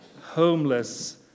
homeless